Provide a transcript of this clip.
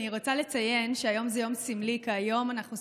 אני רוצה לציין שהיום זה יום סמלי,